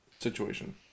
situation